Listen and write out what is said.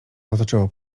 otoczyło